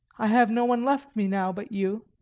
i have no one left me now but you.